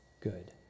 good